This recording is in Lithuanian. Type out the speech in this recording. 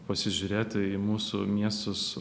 pasižiūrėti į mūsų miestus